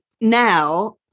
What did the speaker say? now